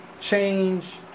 change